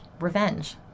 revenge